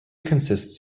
consists